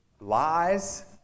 lies